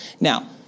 Now